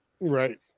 Right